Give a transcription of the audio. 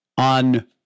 On